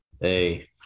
Hey